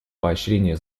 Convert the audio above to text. поощрения